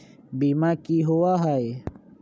बीमा की होअ हई?